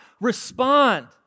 respond